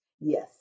Yes